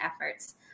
efforts